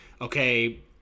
okay